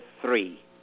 three